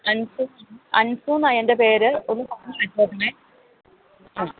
അന്സു ആന്സൂന്നാണ് എന്റെ പേര് ഒന്ന് പറഞ്ഞ് വെച്ചേക്കണേ ആ